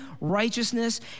righteousness